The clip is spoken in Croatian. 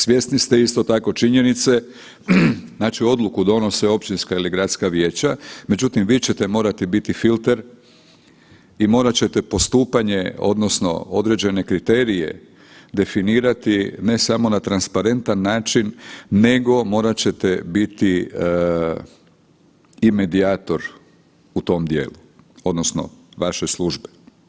Svjesni ste isto tako činjenice, znači odluku donose općinska ili gradska vijeća, međutim vi ćete morati biti filter i morat ćete postupanje odnosno određene kriterije definirati ne samo na transparentan način nego morat ćete biti i medijator u tom dijelu odnosno vaše službe.